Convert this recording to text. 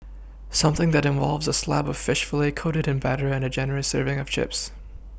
something that involves a slab of fish fillet coated in batter and a generous serving of Chips